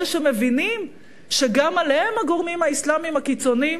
אלה שמבינים שגם עליהם הגורמים האסלאמיים הקיצוניים,